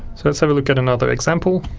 so let's have a look at another example